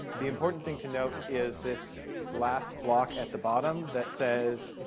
the important thing to note is this last block at the bottom that says,